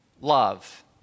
love